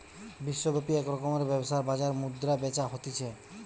বিশ্বব্যাপী এক রকমের ব্যবসার বাজার মুদ্রা বেচা হতিছে